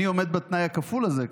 אני עומד בתנאי הכפול הזה,